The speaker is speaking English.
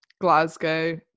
Glasgow